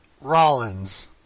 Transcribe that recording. Rollins